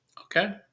Okay